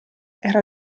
era